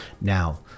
Now